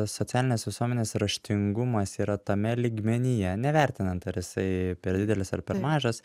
socialinės visuomenės raštingumas yra tame lygmenyje nevertinant ar jisai per didelis ar per mažas